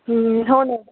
हो ना